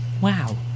wow